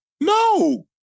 No